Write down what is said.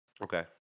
Okay